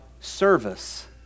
service